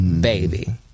baby